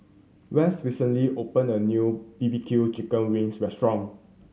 West recently opened a new B B Q chicken wings restaurant